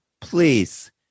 please